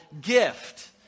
gift